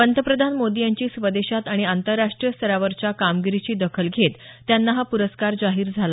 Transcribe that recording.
पंतप्रधान मोदी यांची स्वदेशात आणि आंतरराष्ट्रीय स्तरावरच्या कामगिरीची दखल घेत त्यांना हा प्रस्कार जाहीर झाला